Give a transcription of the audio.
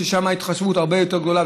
ששם ההתחשבות הרבה יותר גדולה,